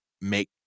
make